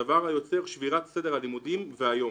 דבר היוצר שבירת סדר הלימודים והיום.